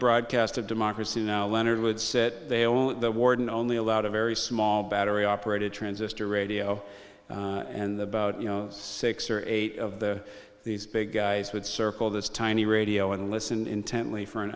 broadcast of democracy now leonard wood said they own the warden only allowed a very small battery operated transistor radio and about six or eight of the these big guys would circle this tiny radio and listen intently for an